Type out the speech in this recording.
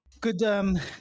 Good